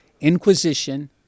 Inquisition